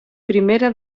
primera